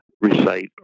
recite